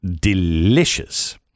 delicious